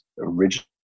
original